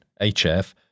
HF